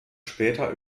später